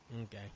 Okay